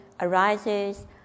arises